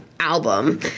Album